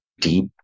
deep